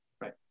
Right